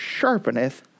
sharpeneth